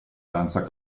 danza